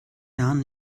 jahren